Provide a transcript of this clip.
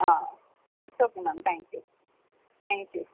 its okay ma'am thank you thank you